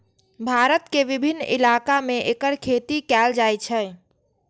भारत के विभिन्न इलाका मे एकर खेती कैल जाइ छै